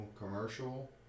commercial